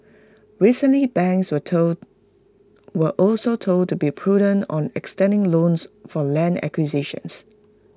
recently banks were told were also told to be prudent on extending loans for land acquisitions